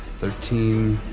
thirteen,